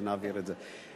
שנעביר את זה.